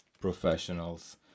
professionals